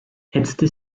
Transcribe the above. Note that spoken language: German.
hetzte